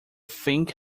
think